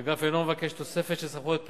האגף אינו מבקש תוספת של סמכויות פליליות.